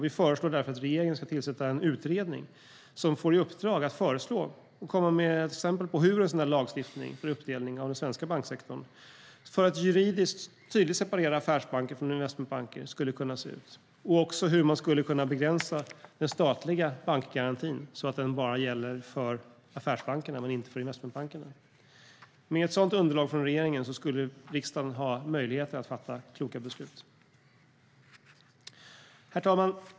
Vi föreslår därför att regeringen ska tillsätta en utredning som får i uppdrag att föreslå och komma med exempel på hur en sådan här lagstiftning för uppdelning av den svenska banksektorn för att juridiskt tydligt separera affärsbanker från investmentbanker skulle kunna se ut och också hur man skulle kunna begränsa den statliga bankgarantin så att den bara gäller för affärsbankerna och inte för investmentbankerna. Med ett sådant underlag från regeringen skulle riksdagen ha möjlighet att fatta kloka beslut. Herr talman!